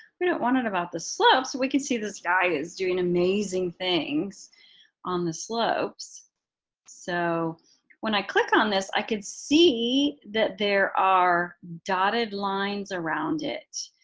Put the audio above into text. we don't want it about the slopes. we can see this guy is doing amazing things on the slopes so when i click on this i could see that there are dotted lines around it.